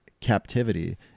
captivity